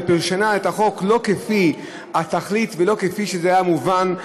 ופירשה את החוק לא כפי התכלית ולא כפי שזה היה מובן.